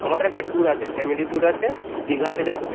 আমাদের একটা ট্যুর আছে ফ্যামিলি ট্যুর আছে দীঘাতে যাবো